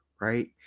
Right